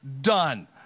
done